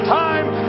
time